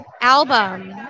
album